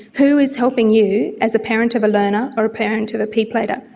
who is helping you as a parent of a learner or a parent of a p plater?